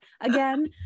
again